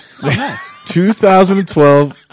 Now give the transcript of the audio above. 2012